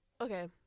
Okay